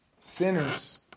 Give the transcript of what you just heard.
sinners